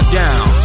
down